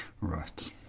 Right